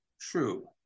true